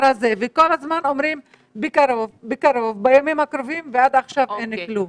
הזה וכל הזמן אומרים בימים הקרובים ועד עכשיו אין כלום.